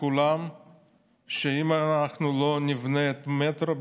היום ברור לכולם שאם אנחנו לא נבנה מטרו,